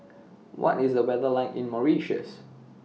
What IS The weather like in Mauritius